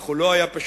אך הוא לא היה פשוט.